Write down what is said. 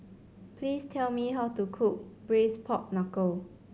please tell me how to cook Braised Pork Knuckle